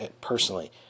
personally